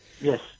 Yes